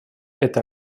это